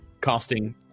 casting